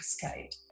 cascade